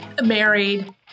married